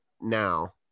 now